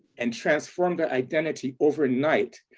and transform their identity overnight,